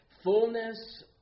fullness